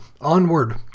onward